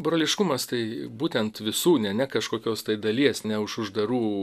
broliškumas tai būtent visų ne ne kažkokios tai dalies ne už uždarų